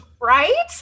right